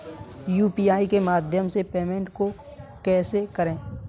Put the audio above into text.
UPI के माध्यम से पेमेंट को कैसे करें?